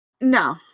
no